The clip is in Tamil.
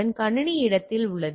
எனவே கணினி இடத்தில் உள்ளது